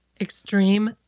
Extreme